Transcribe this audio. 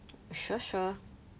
sure sure